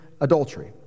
adultery